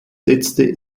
setzte